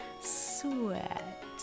Sweat